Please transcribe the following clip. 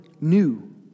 new